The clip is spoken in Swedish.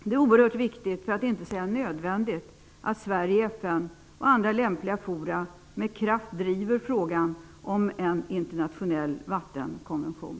Det är oerhört viktigt, för att inte säga nödvändigt, att Sverige i FN och andra lämpliga forum med kraft driver frågan om en internationell vattenkonvention.